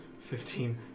fifteen